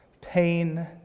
pain